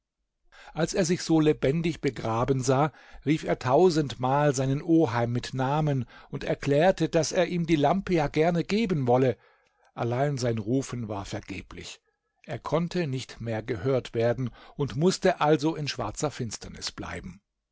als er sich so lebendig begraben sah rief er tausendmal seinen oheim mit namen und erklärte daß er ihm die lampe ja gerne geben wolle allein sein rufen war vergeblich er konnte nicht mehr gehört werden und mußte also in schwarzer finsternis bleiben